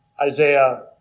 Isaiah